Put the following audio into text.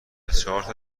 چارت